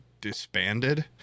disbanded